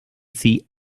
see